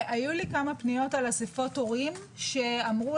היו לי כמה פניות על אספות הורים שאמרו